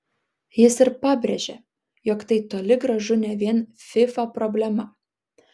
jis ir pabrėžė jog tai toli gražu ne vien fifa problema